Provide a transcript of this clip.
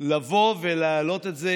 לבוא ולהעלות את זה